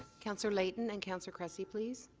councillor layton, and councillor cressy, please.